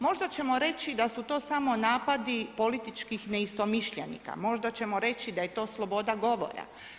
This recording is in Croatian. Možda ćemo reći da su to samo napadi političkih neistomišljenika, možda ćemo reći da je to sloboda govora.